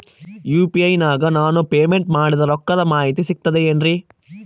UPI ನಾಗ ನಾನು payment ಮಾಡಿದ ರೊಕ್ಕದ ಮಾಹಿತಿ ಸಿಕ್ತದೆ ಏನ್ರಿ?